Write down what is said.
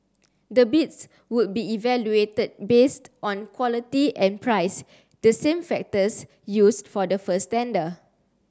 the bids would be evaluated based on quality and price the same factors used for the first tender